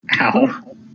Ow